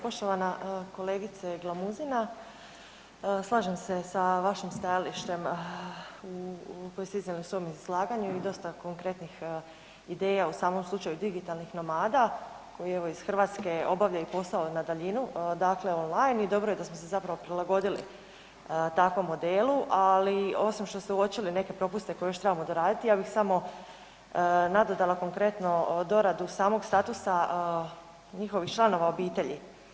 Poštovana kolegice Glamuzina slažem se sa vašim stajalištem koje ste iznijeli u svojem izlaganju i dosta konkretnih ideja u samom slučaju digitalnih nomada koji evo iz Hrvatske obavljaju posao na daljinu dakle on line i dobro je da smo se zapravo prilagodili takvom modelu, ali osim što ste uopćili neke propuste koje još trebamo doraditi ja bih samo nadodala konkretno doradu samog statusa njihovih članova obitelji.